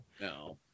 No